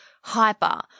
hyper